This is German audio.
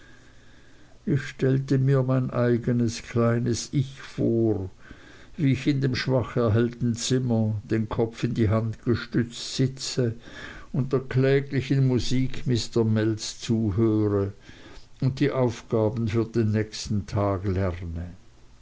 ich stelle mir mein eignes kleines ich vor wie ich in dem schwach erhellten zimmer den kopf in die hand gestützt sitze und der kläglichen musik mr mells zuhöre und die aufgaben für den nächsten tag lerne